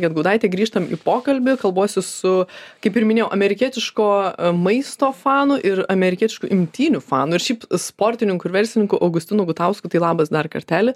gedgaudaitė grįžtam į pokalbį kalbuosi su kaip ir minėjau amerikietiško maisto fanu ir amerikietiškų imtynių fanu ir šiaip sportininku verslininku augustinu gutausku tai labas dar kartelį